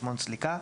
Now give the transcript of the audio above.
חשבון סליקה.